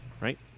right